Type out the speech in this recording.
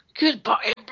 Goodbye